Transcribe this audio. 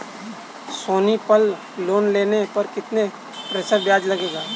सोनी पल लोन लेने पर कितने प्रतिशत ब्याज लगेगा?